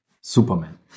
Superman